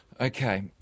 Okay